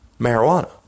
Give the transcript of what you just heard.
marijuana